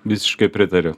visiškai pritariu